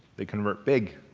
they convert big.